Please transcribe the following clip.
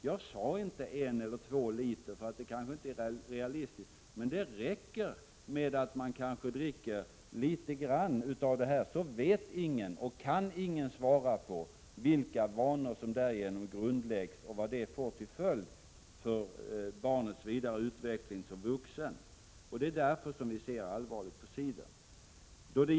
Jag sade inte att de drack en eller två liter. Men det räcker med att de dricker litet grand cider för att måhända lägga grunden till framtida alkoholkonsumtion. Ingen kan besvara frågan vad denna barnens vana att dricka cider får till följd för deras vidare utveckling. Därför ser vi allvarligt på barns konsumtion av cider.